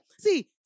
See